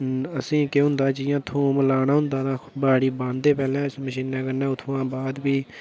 असें ई केह् होंदा जि'यां थूम लाना होंदा तां बाड़ी बांह्दे पैह्लें अस मशीन कन्नै अस उत्थुआं बाद प्ही